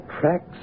tracks